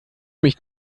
mich